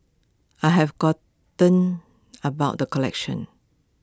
I have gotten about the collection